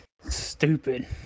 Stupid